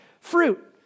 fruit